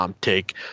take